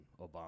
Obama